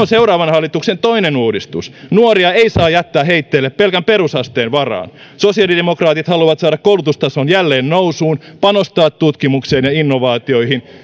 seuraavan hallituksen toinen uudistus nuoria ei saa jättää heitteille pelkän perusasteen varaan sosiaalidemokraatit haluavat saada koulutustason jälleen nousuun panostaa tutkimukseen ja innovaatioihin